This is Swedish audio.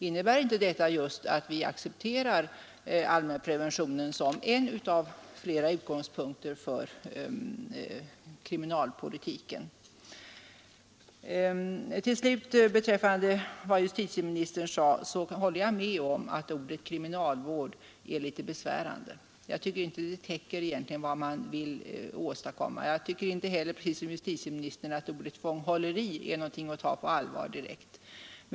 Innebär inte detta just att vi använder allmänpreventionen som en av flera utgångspunkter för kriminalpolitiken? Beträffande vad justitieministern sade så håller jag med om att ordet kriminalvård är litet besvärande. Jag tycker inte det täcker vad man vill åstadkomma. Liksom justitieministern tycker jag inte heller om ordet fånghålleri.